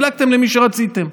חילקתם למי שרציתם.